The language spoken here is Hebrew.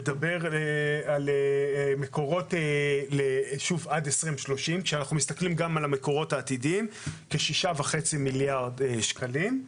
על המקורות עד 2030, של כשישה וחצי מיליארד שקלים.